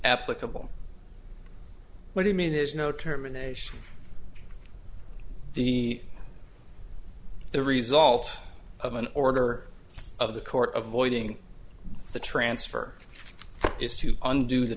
applicable what do you mean there's no terminations the the result of an order of the court of voiding the transfer is to undo the